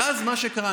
ואז מה שקרה,